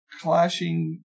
clashing